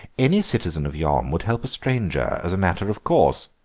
any citizen of yom would help a stranger as a matter of course.